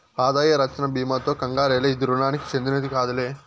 ఆదాయ రచ్చన బీమాతో కంగారేల, ఇది రుణానికి చెందినది కాదులే